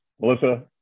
Melissa